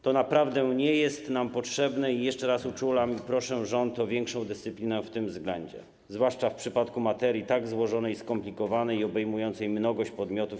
To naprawdę nie jest nam potrzebne i jeszcze raz uczulam i proszę rząd o większą dyscyplinę w tym względzie, zwłaszcza w przypadku materii tak złożonej i skomplikowanej oraz obejmującej mnogość podmiotów.